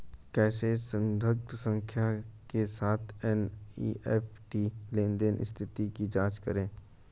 कैसे संदर्भ संख्या के साथ एन.ई.एफ.टी लेनदेन स्थिति की जांच करें?